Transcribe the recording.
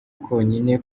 konyine